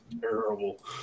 terrible